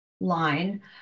line